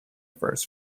first